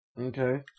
Okay